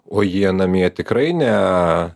o jie namie tikrai ne